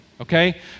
Okay